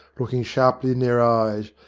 looking sharply in their eyes,